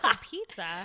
pizza